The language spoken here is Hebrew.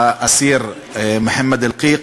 לאסיר מוחמד אלקיק,